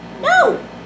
No